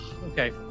Okay